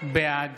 בעד